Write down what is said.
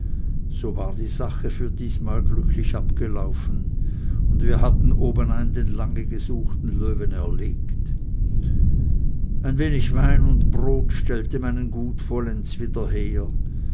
so war die sache für dasmal glücklich abgelaufen und wir hatten obenein den lange gesuchten löwen erlegt ein wenig wein und brot stellte meinen guten mut vollends wieder her